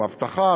אבטחה,